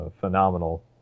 phenomenal